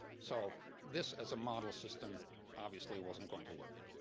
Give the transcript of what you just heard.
so this as a model system obviously wasn't going to work.